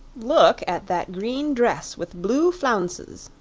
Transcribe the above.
look at that green dress with blue flounces,